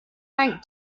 bank